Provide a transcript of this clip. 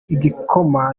igikoma